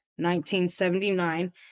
1979